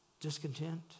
discontent